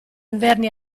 inverni